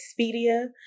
Expedia